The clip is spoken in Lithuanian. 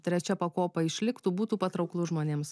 trečia pakopa išliktų būtų patrauklu žmonėms